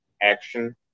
Action